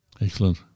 Excellent